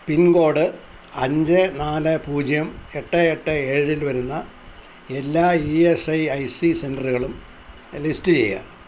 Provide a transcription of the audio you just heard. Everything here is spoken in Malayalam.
പിൻ കോഡ് അഞ്ച് നാല് പൂജ്യം എട്ട് എട്ട് ഏഴിൽ വരുന്ന എല്ലാ ഇ എസ് ഐ സി സെൻ്ററുകളും ലിസ്റ്റ് ചെയ്യുക